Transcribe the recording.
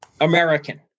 American